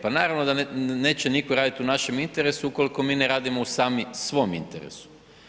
Pa naravno da neće nitko raditi u našem interesu ukoliko mi ne radimo u sami svom interesu.